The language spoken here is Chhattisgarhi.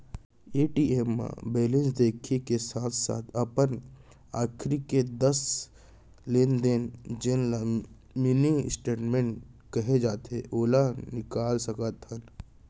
ए.टी.एम म बेलेंस देखे के साथे साथ अपन आखरी के दस लेन देन जेन ल मिनी स्टेटमेंट कहे जाथे ओला निकाल सकत हन